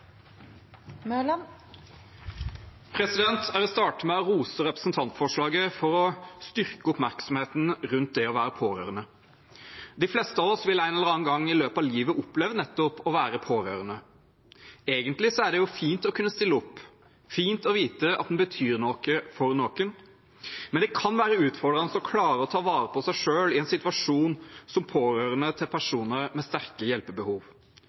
Jeg vil starte med å rose representantforslaget fordi det styrker oppmerksomheten rundt det å være pårørende. De fleste av oss vil en eller annen gang i løpet av livet oppleve det å være pårørende. Egentlig er det fint å kunne stille opp, fint å vite at en betyr noe for noen, men det kan være utfordrende å klare å ta vare på seg selv i en situasjon som pårørende til personer med sterke hjelpebehov.